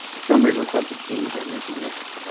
somebody requested change. i mentioned this.